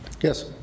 yes